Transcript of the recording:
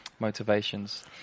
Motivations